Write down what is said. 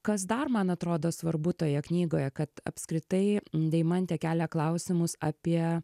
kas dar man atrodo svarbu toje knygoje kad apskritai deimantė kelia klausimus apie